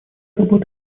работа